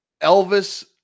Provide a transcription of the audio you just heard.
Elvis